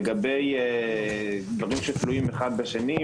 לגבי דברים שתלויים אחד בשני.